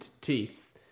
Teeth